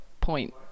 point